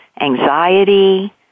anxiety